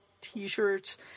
T-shirts